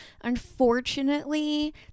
Unfortunately